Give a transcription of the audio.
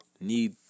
need